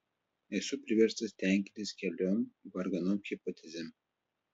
esu priverstas tenkintis keliom varganom hipotezėm